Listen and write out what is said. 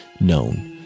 known